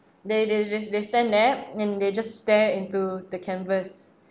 they they they they stand there and they just stare into the canvas